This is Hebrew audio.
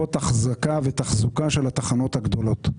לתקופות אחזקה ותחזוקה של התחנות הגדולות.